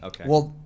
Okay